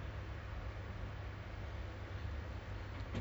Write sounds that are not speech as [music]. full-time sekolah a bit [noise] susah